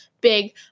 big